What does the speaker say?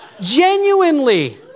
Genuinely